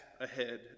ahead